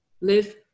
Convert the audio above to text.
live